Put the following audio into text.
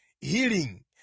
healing